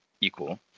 equal